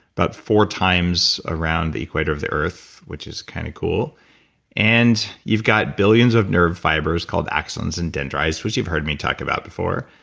but four times around the equator of the earth, which is kind of cool and you've got billions of nerve fibers called axons and dendrites, which you've heard me talk about before.